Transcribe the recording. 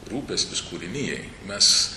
rūpestis kūrinijai mes